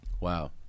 Wow